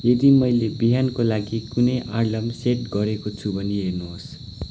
यदि मैले बिहानको लागि कुनै अलार्म सेट गरेको छु भने हेर्नुहोस्